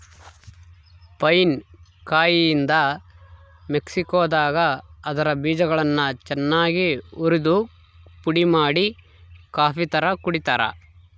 pine ಕಾಯಿಯಿಂದ ಮೆಕ್ಸಿಕೋದಾಗ ಅದರ ಬೀಜಗಳನ್ನು ಚನ್ನಾಗಿ ಉರಿದುಪುಡಿಮಾಡಿ ಕಾಫಿತರ ಕುಡಿತಾರ